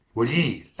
will ye,